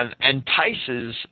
entices